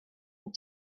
and